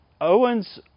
Owen's